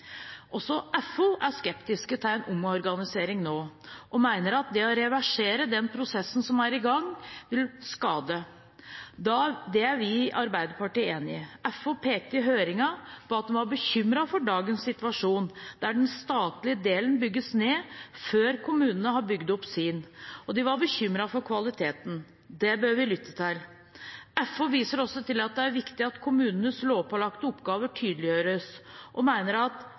Også FO er skeptisk til en omorganisering nå og mener at det å reversere den prosessen som er i gang, vil skade. Det er vi i Arbeiderpartiet enig i. FO pekte i høringen på at de var bekymret for dagens situasjon, der den statlige delen bygges ned før kommunene har bygd opp sin, og de var bekymret for kvaliteten. Det bør vi lytte til. FO viser også til at det er viktig at kommunenes lovpålagte oppgaver tydeliggjøres, og mener at